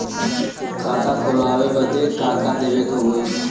खाता खोलावे बदी का का देवे के होइ?